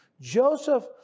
Joseph